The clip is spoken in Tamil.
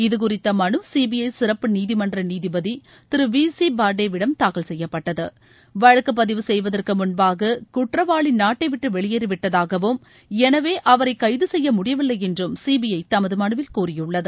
இது குறித்த மனு சிபிஐ சிறப்பு நீதிமன்ற நீதிபதி திரு வி சி பார்டேவிடம் தாக்கல் செய்யப்பட்டது வழக்கு பதிவு செய்வதற்கு முன்பாக குற்றவாளி நாட்டைவிட்டு வெளியேறிவிட்டதாகவும் எனவே அவரை கைது செய்ய முடியவில்லை எனறும் சிபிஐ தமது மனுவில் கூறியுள்ளது